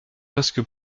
presque